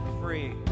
free